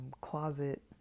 closet